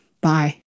Bye